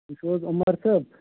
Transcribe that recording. تُہۍ چھُو حظ عُمر صٲب